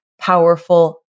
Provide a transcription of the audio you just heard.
powerful